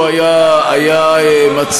מדברים על שלטון החוק,